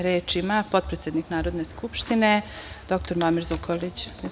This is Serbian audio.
Reč ima potpredsednik Narodne skupštine dr. Muamer Zukorilić.